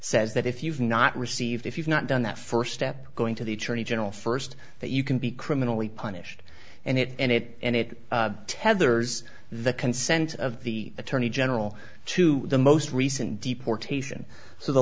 says that if you've not received if you've not done that first step going to the attorney general first that you can be criminally punished and it and it and it tethers the consent of the attorney general to the most recent deportation so the